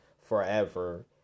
forever